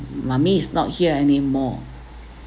mummy is not here anymore